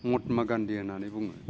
महात्मा गान्धी होन्नानै बुङो